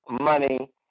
money